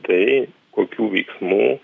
tai kokių veiksmų